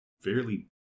fairly